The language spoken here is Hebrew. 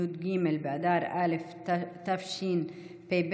י"ג באדר א' תשפ"ב,